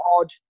odd